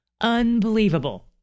Unbelievable